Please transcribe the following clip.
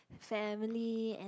family and